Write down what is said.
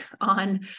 on